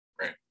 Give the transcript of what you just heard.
Right